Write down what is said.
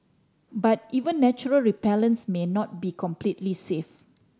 but even natural repellents may not be completely safe